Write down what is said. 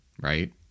right